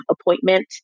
appointment